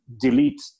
delete